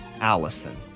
Allison